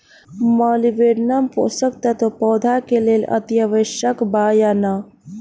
Molybdenum पोषक तत्व पौधा के लेल अतिआवश्यक बा या न?